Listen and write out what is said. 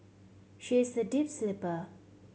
she is a deep sleeper